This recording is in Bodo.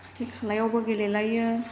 खाथि खालायावबो गेलेलायो